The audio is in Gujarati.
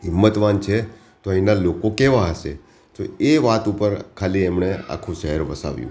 હિંમતવાન છે તો અહીંના લોકો કેવા હશે તો એ વાત ઉપર ખાલી એમણે આખું શહેર વસાવ્યું